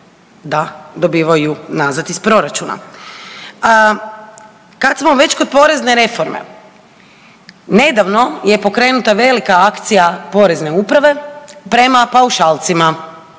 da dobivaju nazad iz proračuna. Kad smo već kod porezne reforme, nedavno je pokrenuta velika akcija porezne uprave prema paušalcima.